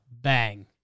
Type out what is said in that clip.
Bang